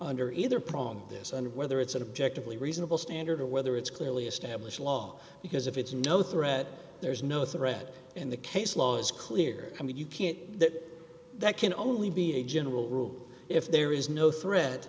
under either problem of this and whether it's an objective lee reasonable standard or whether it's clearly established law because if it's no threat there's no threat in the case law is clear and you can't say that that can only be a general rule if there is no threat